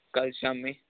ਕੱਲ ਸ਼ਾਮੀ